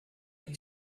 with